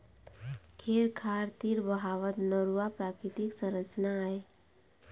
खेत खार तीर बहावत नरूवा प्राकृतिक संरचना आय